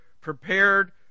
prepared